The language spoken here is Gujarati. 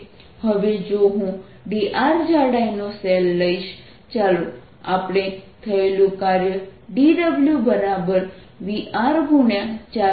હવે જો હું dr જાડાઈ નો શેલ લઇશ ચાલો આપણે થયેલું કાર્ય dWVr